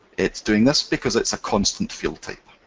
it's doing this because it's a constant field type.